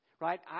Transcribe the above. right